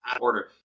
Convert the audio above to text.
order